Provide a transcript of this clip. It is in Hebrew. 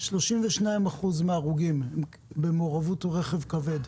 32% מההרוגים היו במעורבות רכב כבד.